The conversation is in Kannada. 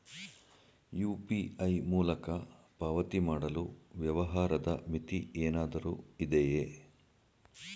ಯು.ಪಿ.ಐ ಮೂಲಕ ಪಾವತಿ ಮಾಡಲು ವ್ಯವಹಾರದ ಮಿತಿ ಏನಾದರೂ ಇದೆಯೇ?